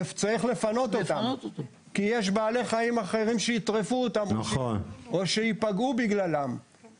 צריך לפנות אותם כי יש בעלי חיים אחרים שיטרפו אותם או שיפגעו בגללם.